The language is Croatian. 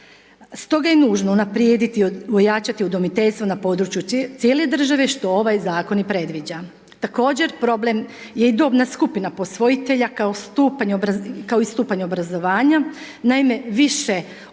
Stoga je nužno unaprijediti, ojačati udomiteljstvo na području cijele države, što ovaj Zakon i predviđa. Također, problem je i dobna skupina posvojitelja kao i stupanj obrazovanja. Naime, više od pola